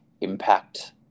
impact